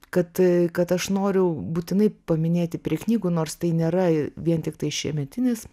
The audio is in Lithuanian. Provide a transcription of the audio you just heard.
kad kad aš noriu būtinai paminėti prie knygų nors tai nėra vien tiktai šiemetinis